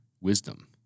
wisdom